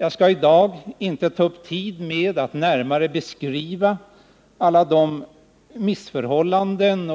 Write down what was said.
Jag skall i dag inte ta upp tiden med att närmare beskriva alla de byggnadsmässiga missförhållanden